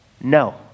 No